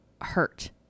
hurt